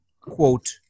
quote